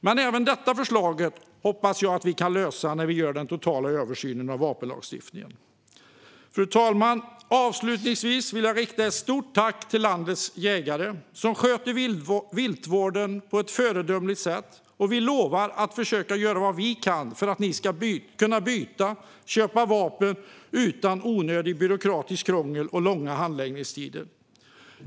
Men även detta förslag hoppas jag kan lösas i den totala översynen av vapenlagstiftningen. Fru talman! Avslutningsvis vill jag rikta ett stort tack till landets jägare, som sköter viltvården på ett föredömligt sätt. Vi lovar att försöka göra vad vi kan för att de ska kunna byta och köpa vapen utan onödigt byråkratiskt krångel och långa handläggningstider.